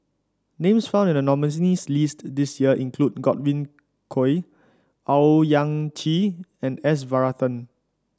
names found in the nominees list this year include Godwin Koay Owyang Chi and S Varathan